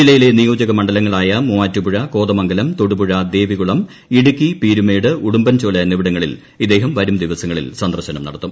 ജില്ലയിലെ നിയോജക മണ്ഡലങ്ങൾ ആയ മൂവാറ്റുപുഴ കോതമംഗലം തൊടുപുഴ ദേവികുളം ഇടുക്കി പീരുമേട് ഉടുമ്പൻചോല എന്നിവിടങ്ങളിൽ ഇദ്ദേഹം വരും ദിവസങ്ങളിൽ സന്ദർശനം നടത്തും